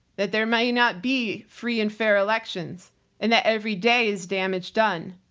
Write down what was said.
that there may not be free and fair elections and that every day is damage done.